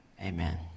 Amen